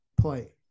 play